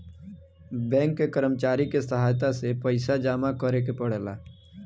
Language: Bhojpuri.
बैंक के कर्मचारी के सहायता से पइसा जामा करेके पड़ेला